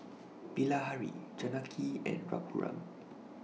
Bilahari Janaki and Raghuram